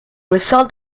result